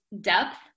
depth